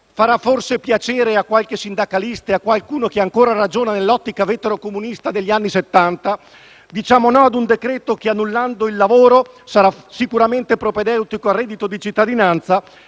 farà forse piacere a qualche sindacalista e a qualcuno che ancora ragiona nell'ottica veterocomunista degli anni Settanta; diciamo no ad un decreto-legge che, annullando il lavoro, sarà sicuramente propedeutico al reddito di cittadinanza;